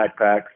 backpacks